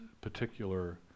particular